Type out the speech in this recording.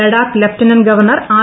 Ladakh lieutenant governor R